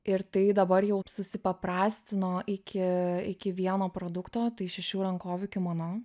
ir tai dabar jau susipaprastino iki iki vieno produkto tai šešių rankovių kimono